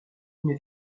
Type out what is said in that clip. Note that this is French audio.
une